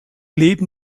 leben